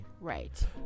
Right